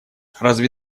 разве